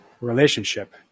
relationship